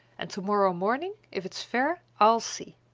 and to-morrow morning, if it's fair, i'll see!